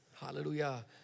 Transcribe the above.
Hallelujah